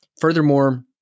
Furthermore